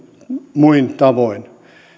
muin tavoin